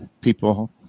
people